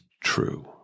true